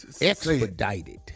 expedited